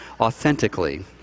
authentically